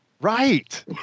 right